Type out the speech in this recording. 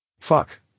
Fuck